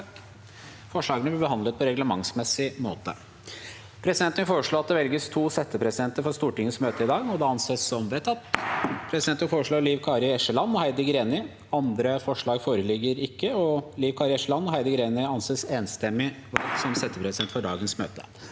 av settepresidenter Presidenten Presidenten vil foreslå at det velges to settepresidenter for Stortingets møte i dag – og anser det som vedtatt. Presidenten foreslår Liv Kari Eskeland og Heidi Greni. Andre forslag foreligger ikke, og Liv Kari Eskeland og Heidi Greni anses enstemmig valgt som settepresidenter for dagens møte.